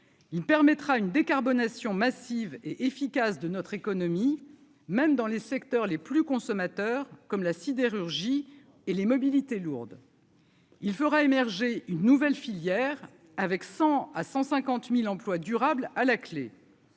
il permettra une décarbonation massive et efficace de notre économie, même dans les secteurs les plus consommateurs comme la sidérurgie et les mobilités lourde. Il fera émerger une nouvelle filière, avec 100 à 100 50 1000 emplois durables à la clé,